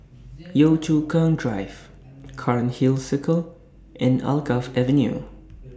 Yio Chu Kang Drive Cairnhill Circle and Alkaff Avenue